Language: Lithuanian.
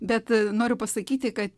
bet noriu pasakyti kad